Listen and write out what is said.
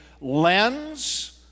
lens